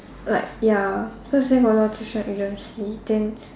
like ya because there got a lot of tuition agency then